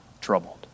troubled